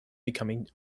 becoming